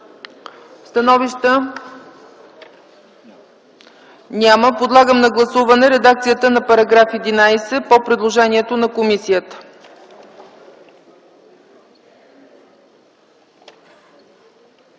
становища? Няма. Подлагам на гласуване редакцията на § 10, съгласно предложението на комисията.